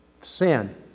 sin